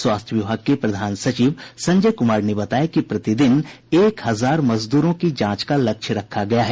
स्वास्थ्य विभाग के प्रधान सचिव संजय कुमार ने बताया कि प्रतिदिन एक हजार मजदूरों की जांच का लक्ष्य रखा गया है